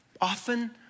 Often